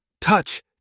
touch